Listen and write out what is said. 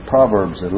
Proverbs